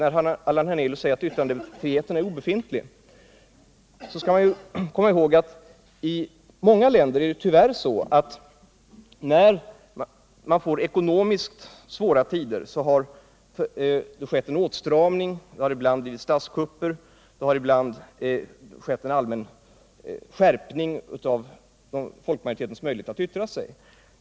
När Allan Hernelius säger att yttrandefriheten är obefintlig på Cuba, skall man komma ihåg att det i många länder tyvärr är så att det under ekonomiskt svåra tider har skett en åtstramning. Det har ibland genomförts statskupper, och ibland har det gjorts en allmän inskränkning av folkmajoritetens möjlighet att yttra sig.